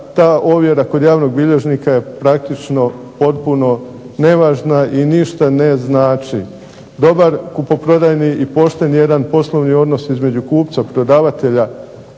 ta ovjera kod javnog bilježnika je praktično potpuno nevažna i ništa ne znači. Dobar kupoprodajni i pošten jedan poslovni odnos između kupca, prodavatelja,